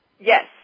Yes